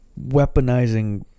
weaponizing